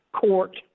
court